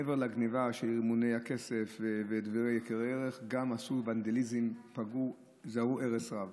מעבר לגנבה של רימוני כסף ודברי ערך גם עשו ונדליזם ופגעו וזרעו הרס רב.